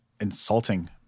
insulting